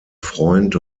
freund